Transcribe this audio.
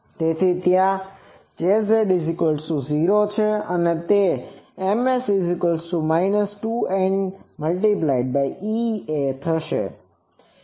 તેથી ત્યાં js0 છે અને Ms 2n× Ea થશે